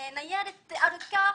ניירת ארוכה.